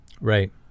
right